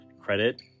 credit